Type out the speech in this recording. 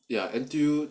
ya N_T_U